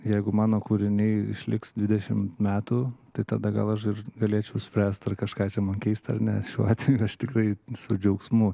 jeigu mano kūriniai išliks dvidešimt metų tai tada gal aš galėčiau spręst ar kažką čia man keis ar nes šiuo atveju aš tikrai su džiaugsmu